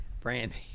Brandy